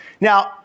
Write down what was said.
Now